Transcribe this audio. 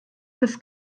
bis